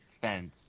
fence